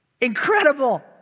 Incredible